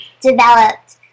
developed